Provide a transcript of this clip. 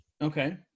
Okay